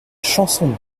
chanson